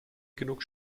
genug